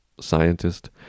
scientist